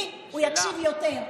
לי הוא יקשיב יותר,